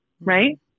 right